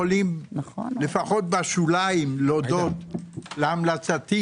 יכולים לפחות בשוליים להודות להמלצתי